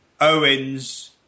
Owens